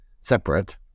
separate